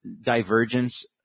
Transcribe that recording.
divergence